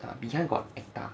ah behind got acta